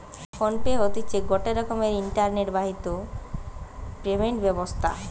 phone pay হতিছে গটে রকমের ইন্টারনেট বাহিত পেমেন্ট ব্যবস্থা